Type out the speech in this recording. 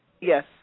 Yes